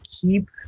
keep